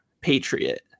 Patriot